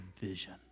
vision